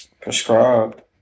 prescribed